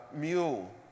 mule